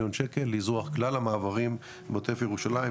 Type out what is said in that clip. מיליון שקל לכלל המעברים בעוטף ירושלים,